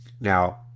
now